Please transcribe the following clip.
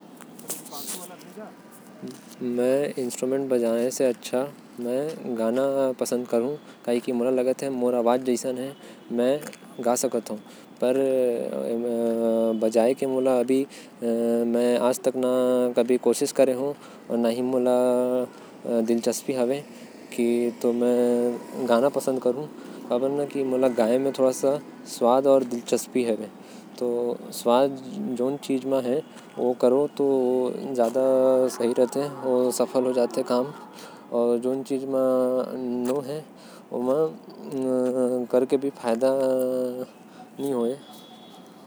में वाद्य बजाये के जगह गाना चाहूँ। काबर की मोके लगेल की में गा सकत। हो मोर आवाज़ सुरीला हवे। में कबहु वादक बजाये नही हो न में चाहतो। ओके बजाये एहि खातिर में गाना सीखे बर चाहूँ।